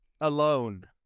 alone